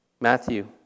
Matthew